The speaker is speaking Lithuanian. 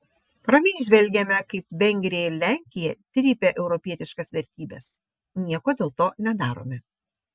ramiai žvelgiame kaip vengrija ir lenkija trypia europietiškas vertybes nieko dėl to nedarome